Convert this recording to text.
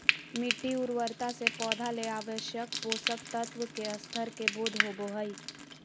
मिटटी उर्वरता से पौधा ले आवश्यक पोषक तत्व के स्तर के बोध होबो हइ